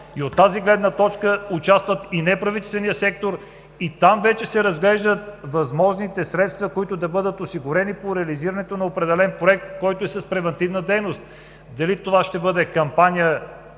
и от тази гледна точка участва и неправителственият сектор. Там вече се разглеждат възможните средства, които да бъдат осигурени, по реализирането на определен проект, който е с превантивна дейност – дали ще бъде кампания